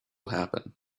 happen